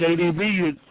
JDB